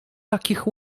takich